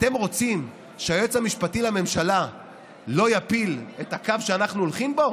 אתם רוצים שהיועץ המשפטי לממשלה לא יפיל את הקו שאנחנו הולכים בו?